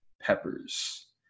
peppers